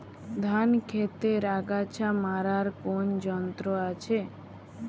ধান ক্ষেতের আগাছা মারার কোন যন্ত্র আছে?